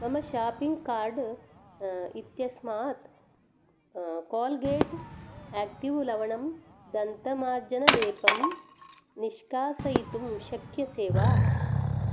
मम shopping card इत्यस्मात् Colgate active लवणं दन्तमार्जनलेपं निष्कासयितुं शक्यसे वा